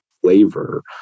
flavor